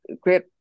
great